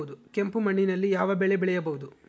ಕೆಂಪು ಮಣ್ಣಿನಲ್ಲಿ ಯಾವ ಬೆಳೆ ಬೆಳೆಯಬಹುದು?